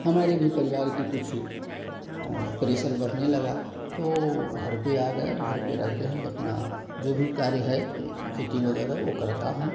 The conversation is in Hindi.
हमारे भी परिवार का कुछ प्रेशर बढ़ने लगा तो घर पर आ गए घर पर रहकर ही अपना जो भी कार्य है खेती वग़ैगेरह वह करता हूँ